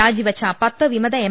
രാജിവെച്ച പത്ത് വിമത എം